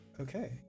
Okay